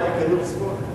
זרקו עלי כדור ספוג.